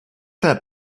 that